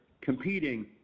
competing